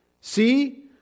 See